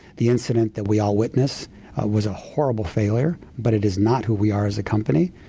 the incident that we all witnessed was a horrible failure, but it is not who we are as a company.